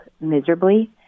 miserably